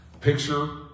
picture